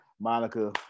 Monica